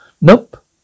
Nope